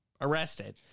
arrested